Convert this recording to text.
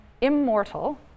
immortal